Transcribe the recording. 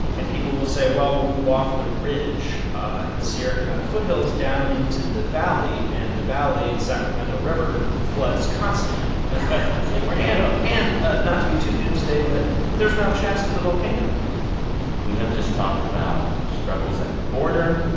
and people will say, well, we'll move off the ridge ah in the sierra and nevada foothills down into the valley. and the valley, the sacramento river, floods constantly it's like, where do you go? you know and ah not to be too doomsday, but there's mount shasta, the volcano we have just talked about struggles at the border,